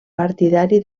partidari